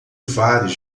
vários